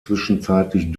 zwischenzeitlich